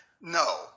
No